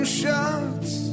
shots